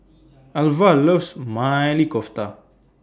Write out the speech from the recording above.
Alvah loves Maili Kofta